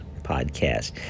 podcast